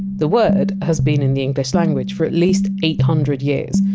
the word has been in the english language for at least eight hundred years,